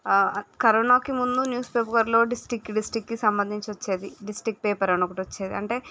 ఆ కరోనాకి ముందు న్యూస్ పేపర్లో డిస్ట్రిక్ట్ డిస్ట్రిక్కి సంబంధించి వచ్చేది డిస్టిక్ పేపర్ అని ఒకటి వచ్చేది అంటే